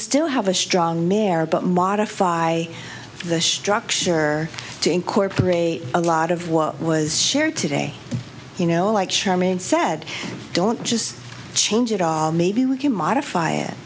still have a strong marriage but modify the structure to incorporate a lot of what was shared today you know like sherman said don't just change it all maybe we can modify it